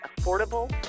affordable